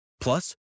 Plus